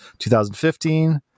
2015